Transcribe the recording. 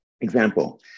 Example